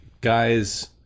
guys